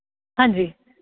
ਹਾਂਜੀ